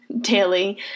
daily